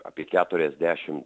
apie keturiasdešimt